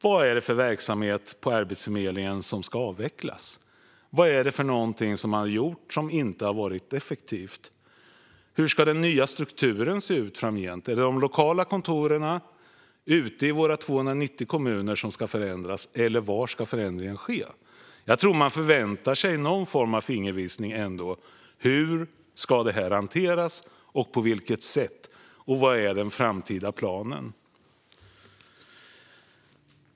Vad är det för verksamhet på Arbetsförmedlingen som ska avvecklas? Vad är det man har gjort som inte har varit effektivt? Hur ska strukturen se ut framgent? Är det de lokala kontoren ute i våra 290 kommuner som ska förändras, eller var ska förändringen ske? Jag tror att man förväntar sig någon form av fingervisning när det gäller hur detta ska hanteras och vad den framtida planen är.